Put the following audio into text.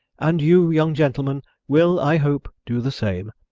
and you, young gentleman, will, i hope, do the same.